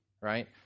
right